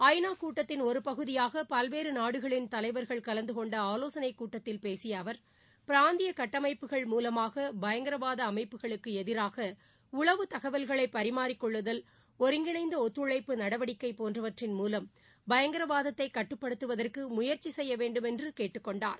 ஐ நா கூட்டத்தின் ஒரு பகுதியாக பல்வேறு நாடுகளின் தலைவர்கள் கலந்து கொண்ட ஆலோசனைக் கூட்டத்தில் பேசிய அவர் பிராந்திய கட்டமைப்புகள் மூலமாக பயங்கரவாத அமைப்புகளுக்கு எதிராக உளவு தகவல்களை பரிமாறிக் கொள்ளுதல் ஒருங்கிணைந்த ஒத்துழைப்பு நடவடிக்கை போன்றவற்றின் மூலம் பயங்கரவாதத்தை கட்டுப்படுத்துவதற்கு முயற்சி செய்ய வேண்டுமென்று அவர் கேட்டுக் கொண்டார்